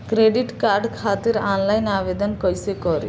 Credit card खातिर online आवेदन कइसे करि?